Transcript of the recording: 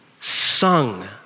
sung